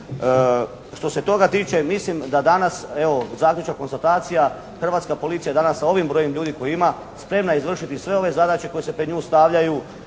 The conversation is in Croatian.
Što se toga tiče mislim da danas zaključna konstatacija, Hrvatska policija je danas sa ovim brojem ljudi koje ima spremna izvršiti sve ove zadaće koje se pred nju stavljaju